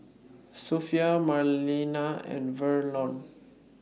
Sophie Marlena and Verlon